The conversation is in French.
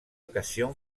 occasion